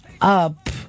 up